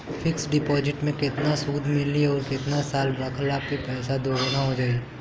Fix deposit मे केतना सूद मिली आउर केतना साल रखला मे पैसा दोगुना हो जायी?